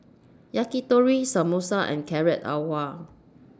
Yakitori Samosa and Carrot Halwa